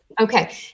Okay